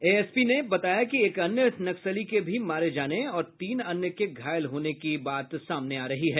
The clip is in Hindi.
एएसपी ने बताया कि एक अन्य नक्सली के भी मारे जाने और तीन अन्य के घायल होने की भी बात सामने आ रही है